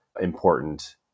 important